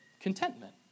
contentment